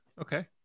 Okay